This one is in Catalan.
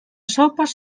sopes